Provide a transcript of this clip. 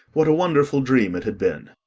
what a wonderful dream it had been.